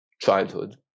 childhood